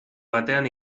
batean